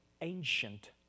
ancient